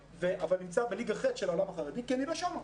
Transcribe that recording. אבל נמצא בליגה אחרת של העולם החרדי כי אני לא שם.